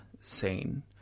scene